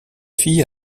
fille